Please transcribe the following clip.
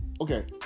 okay